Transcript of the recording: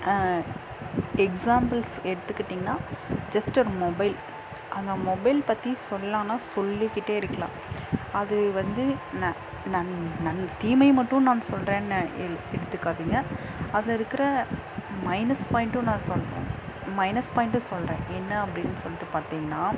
examples எடுத்துக்கிட்டிங்கன்னா just ஒரு mobile அந்த மொபைல் பற்றி சொல்லுலான்னா சொல்லிக்கிட்டே இருக்கலாம் அது வந்து ந நன் நன்மை தீமையை மட்டும் நான் சொல்கிறேன்னு இ எடுத்துக்காதீங்க அதில் இருக்குகிற மைனஸ் பாய்ண்ட்டும் நான் சொல்கிறேன் மைனஸ் பாய்ண்ட்டும் சொல்கிறேன் என்ன அப்படின்னு சொல்லிட்டு பார்த்தீங்கன்னா